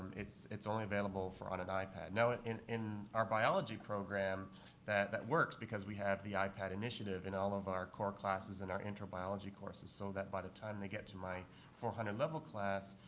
it's it's only available for on an ipad. now in in our biology program that that works because we have the ipad initiative in all of our core classes and our inter-biology courses. so that by the time they get to my four hundred level class,